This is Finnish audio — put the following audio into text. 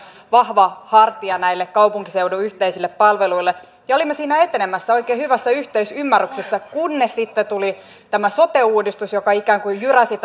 vahva hartia näille kaupunkiseudun yhteisille palveluille olimme siinä etenemässä oikein hyvässä yhteisymmärryksessä kunnes sitten tuli tämä sote uudistus joka ikään kuin jyräsi